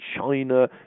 china